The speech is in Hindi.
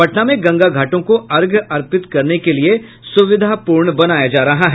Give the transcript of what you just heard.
पटना में गंगा घाटों को अर्घ्य अर्पित करने के लिये सुविधापूर्ण बनाया जा रहा है